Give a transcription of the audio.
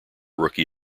rookie